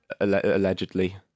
allegedly